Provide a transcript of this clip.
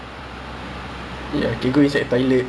like like imagine all the things